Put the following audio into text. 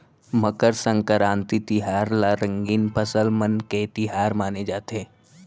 मकर संकरांति तिहार ल रंगीन फसल मन के तिहार माने जाथे